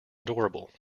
adorable